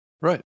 Right